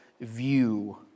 view